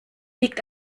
liegt